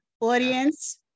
Audience